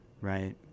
right